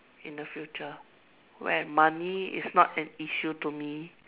in the future when money is not an issue to me